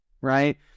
right